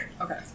Okay